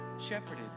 shepherded